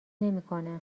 نمیکنه